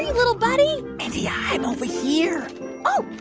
little buddy? mindy, i'm over here oh,